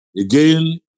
Again